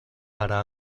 para